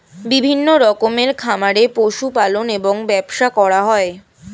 বিভিন্ন রকমের খামারে পশু পালন এবং ব্যবসা করা হয়